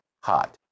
hot